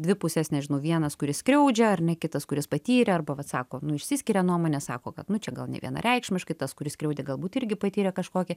dvi puses nežinau vienas kuris skriaudžia ar ne kitas kuris patyrė arba vat sako nu išsiskiria nuomonės sako kad nu čia gal nevienareikšmiškai tas kuris skriaudė galbūt irgi patyrė kažkokį